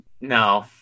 No